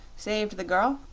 saved the girl,